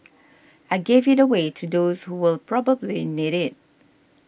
I gave it away to those who will probably need it